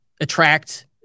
attract